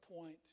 point